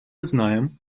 знаем